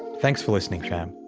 thanks for listening, fam